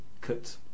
cut